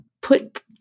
put